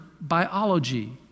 biology